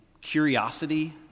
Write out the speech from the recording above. curiosity